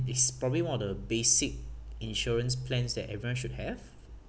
it's probably one of the basic insurance plans that everyone should have